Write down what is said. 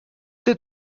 tais